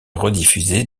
rediffusée